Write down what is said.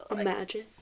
Imagine